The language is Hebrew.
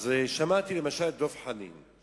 אז שמעתי, למשל, את דב חנין.